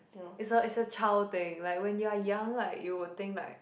is a is a child thing like when you're young like you'll think like